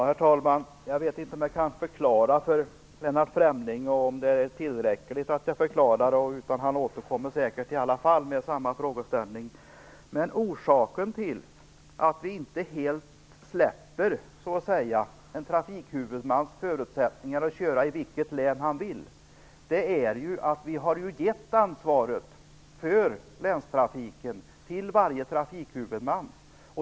Herr talman! Jag vet inte om jag kan förklara detta för Lennart Fremling och om det är tillräckligt att förklara. Han återkommer nog säkert i alla fall med samma frågeställning. Orsaken till att vi inte helt "släpper" en trafikhuvudmans förutsättningar att köra i vilket län han vill är att vi har gett ansvaret för länstrafiken till varje trafikhuvudman.